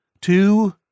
two